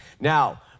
Now